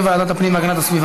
לוועדת הפנים והגנת הסביבה